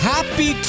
Happy